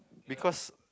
because